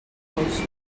dolços